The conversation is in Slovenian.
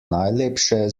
najlepše